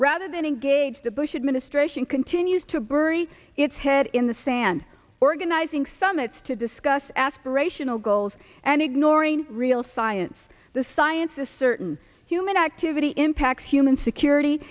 rather than engage the bush administration continues to burry its head in the sand organizing summits to discuss aspirational goals and ignoring real science the science a certain human activity impacts human security